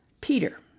Peter